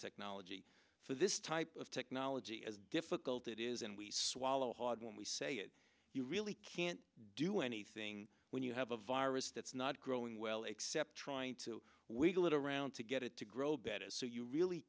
technology for this type of technology is difficult it is and we swallow hard when we say it you really can't do anything when you have a virus that's not growing well except trying to wiggle it around to get it to grow better so you really